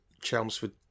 Chelmsford